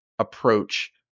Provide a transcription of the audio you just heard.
approach